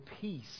peace